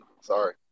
Sorry